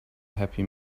happy